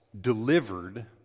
delivered